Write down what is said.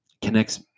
connects